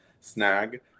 snag